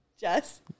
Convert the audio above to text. Jess